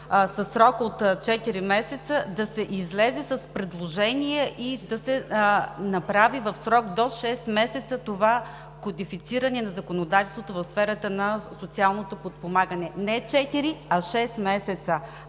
със срок от четири месеца да се излезе с предложение и да се направи в срок до шест месеца това кодифициране на законодателството в сферата на социалното подпомагане. Не четири, а шест месеца.